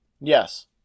Yes